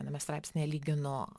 viename straipsnyje lyginu